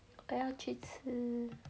我要去吃